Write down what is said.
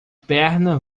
perna